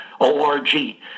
O-R-G